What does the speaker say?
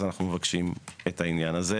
אז אנחנו מבקשים את העניין הזה.